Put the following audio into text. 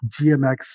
GMX